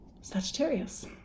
Sagittarius